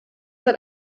hat